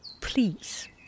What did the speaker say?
please